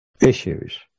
issues